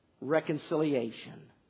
reconciliation